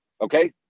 Okay